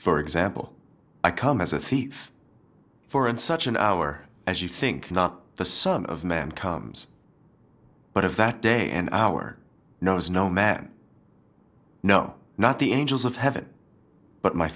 for example i come as a thief for in such an hour as you think not the son of man comes but of that day and hour knows no man no not the angels of heaven but my